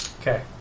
Okay